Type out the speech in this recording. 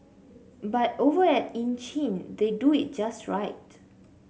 but over at Ann Chin they do it just right